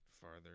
farther